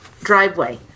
driveway